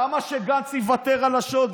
למה שגנץ יוותר על השוד?